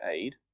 aid